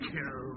Kill